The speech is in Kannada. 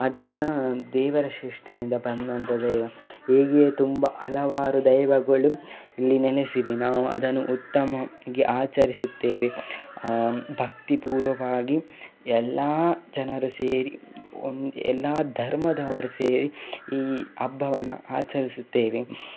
ಅದೆಲ್ಲಾ ದೇವರ ಸೃಷ್ಟಿಯಿಂದ ಬಂದಂಥ ದೈವ ಹೀಗೆ ತುಂಬ ಹಲವಾರು ದೈವಗಳು ಇಲ್ಲಿ ನೆಲೆಸಿವೆ ನಾವು ಅದನ್ನು ಉತ್ತಮವಾಗಿ ಆಚರಿಸುತ್ತೇವೆ ಭಕ್ತಿ ಪೂರ್ವಕವಾಗಿ ಎಲ್ಲ ಜನರು ಸೇರಿ ಎಲ್ಲ ಧರ್ಮದವರು ಸೇರಿ ಈ ಹಬ್ಬವನ್ನು ಆಚರಿಸುತ್ತೇವೆ